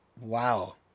Wow